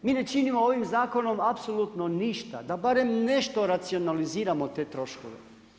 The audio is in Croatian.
Mi ne činimo ovim zakonom apsolutno ništa, da barem nešto racionaliziramo te troškove.